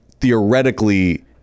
theoretically